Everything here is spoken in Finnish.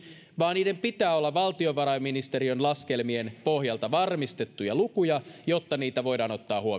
vaan niiden pitää olla valtiovarainministeriön laskelmien pohjalta varmistettuja lukuja jotta niitä voidaan